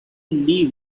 leave